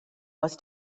was